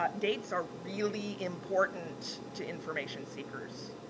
ah dates are really important to information seekers.